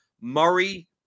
Murray